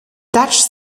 dutch